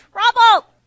trouble